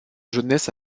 jeunesse